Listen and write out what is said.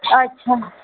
અચ્છા